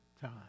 time